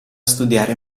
studiare